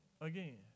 again